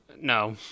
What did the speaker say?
No